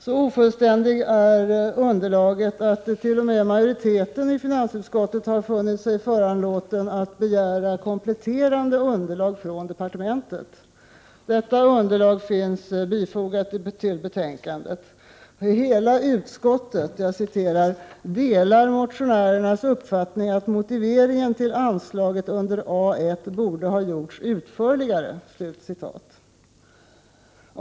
Så ofullständigt är underlaget att t.o.m. majoriteten i finansutskottet har funnit sig föranlåten att begära kompletterande underlag från departementet. Detta underlag finns bifogat till betänkandet. Hela utskottet ”delar motionärernas uppfattning att motiveringen till anslaget under A 1 borde ha gjorts utförligare”.